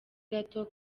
gato